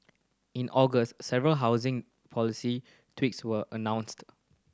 in August several housing policy tweaks were announced